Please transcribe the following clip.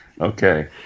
Okay